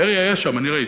פרי היה שם, אני ראיתי.